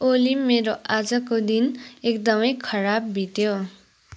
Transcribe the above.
ओली मेरो आजको दिन एकदमै खराब बित्यो